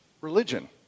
religion